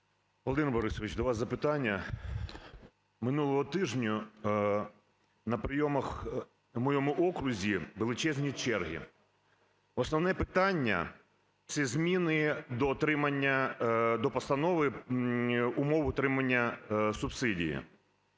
Володимире Борисовичу, до вас запитання. Минулого тижня на прийомах на моєму окрузі величезні черги. Основне питання – це зміни до отримання до постанови умов отримання субсидій.